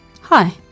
Hi